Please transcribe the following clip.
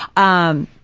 on